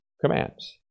commands